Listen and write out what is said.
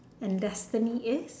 and destiny is